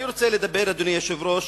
אני רוצה לדבר, אדוני היושב-ראש,